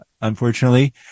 unfortunately